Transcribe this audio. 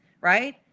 right